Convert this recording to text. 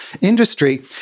industry